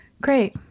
Great